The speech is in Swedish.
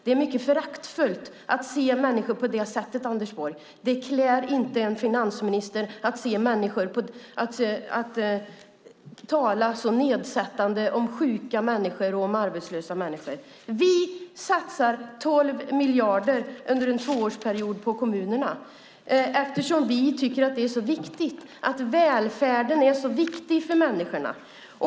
Det är mycket föraktfullt att se människor på det sättet, Anders Borg. Det klär inte en finansminister att tala så nedsättande om sjuka människor och om arbetslösa människor. Vi satsar 12 miljarder under en tvåårsperiod på kommunerna, eftersom vi tycker att det är så viktigt. Välfärden är så viktig för människorna.